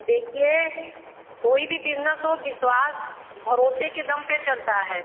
देखिए कोई भी बिजनस हो विश्वास भरोसे के दम पर चलता है